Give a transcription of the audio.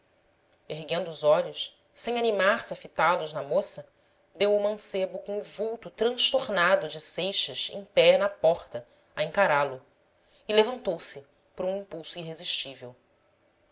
erguendo os olhos sem animar se a fitá los na moça deu o mancebo com o vulto transtornado de seixas em pé na porta a encará lo e levantou-se por um impulso irresistível